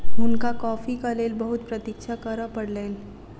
हुनका कॉफ़ीक लेल बहुत प्रतीक्षा करअ पड़लैन